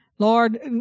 Lord